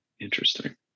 interesting